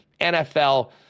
NFL